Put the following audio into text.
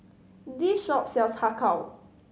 this shop sells Har Kow